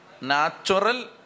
Natural